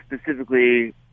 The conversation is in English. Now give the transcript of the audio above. specifically